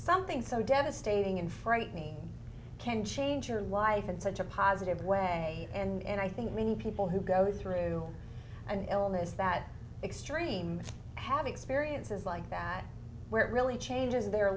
something so devastating and frightening can change your life in such a positive way and i think many people who go through an illness that extreme have experiences like that where it really changes their